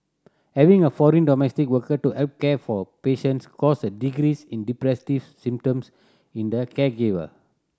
having a foreign domestic worker to help care for patients caused a decrease in depressive symptoms in the caregiver